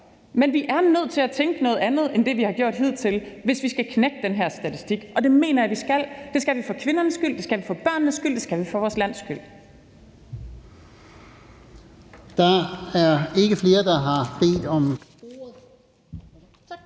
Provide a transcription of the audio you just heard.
Men vi er nødt til at tænke noget andet end det, vi har gjort hidtil, hvis vi skal knække den her statistik, og det mener jeg vi skal. Det skal vi for kvindernes skyld, det skal vi for børnenes skyld, og det skal vi for vores lands skyld. Kl. 16:15 Fjerde næstformand